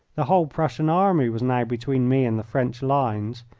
the whole prussian army was now between me and the french lines.